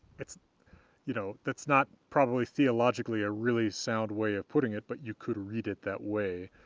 it's you know, that's not probably theologically a really sound way of putting it, but you could read it that way.